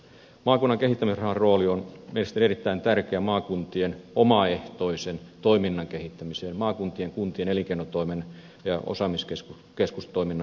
maakunnan kehittämisrahan rooli on mielestäni erittäin tärkeä maakuntien omaehtoisen toiminnan kehittämisessä maakuntien kuntien elinkeinotoimen ja osaamiskeskustoiminnan kehittämisessä